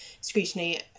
scrutiny